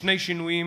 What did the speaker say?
בשני שינויים: